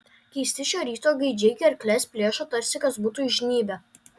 keisti šio ryto gaidžiai gerkles plėšo tarsi kas būtų įžnybę